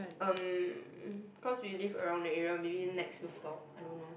erm cause we live around the area maybe next few stop I don't know